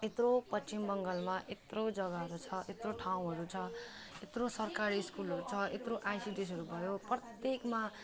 यत्रो पश्चिम बङ्गालमा यत्रो जग्गाहरू छ यत्रो ठाउँहरू छ यत्रो सरकारी स्कुलहरू छ यत्रो आइसिडिएसहरू भयो प्रत्येकमा